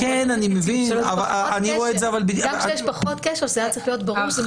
גם כשיש פחות קשר זה היה צריך להיות ברור שזה